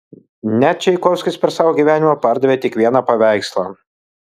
net čaikovskis per savo gyvenimą pardavė tik vieną paveikslą